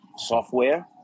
Software